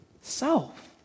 Self